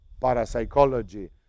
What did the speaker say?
parapsychology